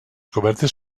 cobertes